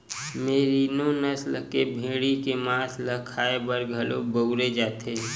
मेरिनों नसल के भेड़ी के मांस ल खाए बर घलो बउरे जाथे